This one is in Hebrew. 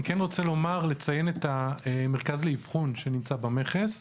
אני רוצה לציין את המרכז לאבחון שנמצא במכס,